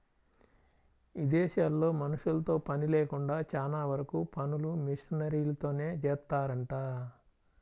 ఇదేశాల్లో మనుషులతో పని లేకుండా చానా వరకు పనులు మిషనరీలతోనే జేత్తారంట